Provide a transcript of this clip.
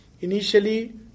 Initially